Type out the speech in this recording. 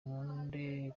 nkunde